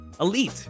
elite